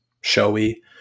showy